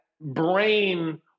brain